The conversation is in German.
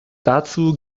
dazu